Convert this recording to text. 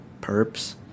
perps